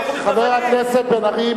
חבר הכנסת בן-ארי,